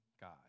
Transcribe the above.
God